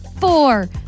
four